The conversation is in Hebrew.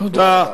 תודה רבה.